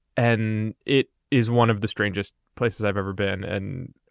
and it is one of the strangest places i've ever been. and